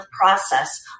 process